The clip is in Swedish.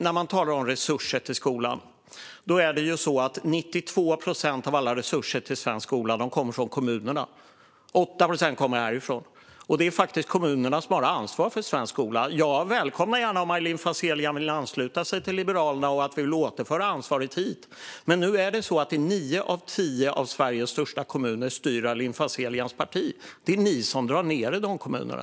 När man talar om resurser till skolan ska man vara medveten om att 92 procent av resurserna till svensk skola kommer från kommunerna medan 8 procent kommer härifrån. Det är faktiskt kommunerna som har ansvar för svensk skola. Jag välkomnar om Aylin Fazelian vill ansluta sig till Liberalernas uppfattning och återföra ansvaret hit. I nio av Sveriges tio största kommuner är det Aylin Fazelians parti som styr. Det är ni som drar ned anslagen i de kommunerna.